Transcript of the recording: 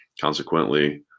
consequently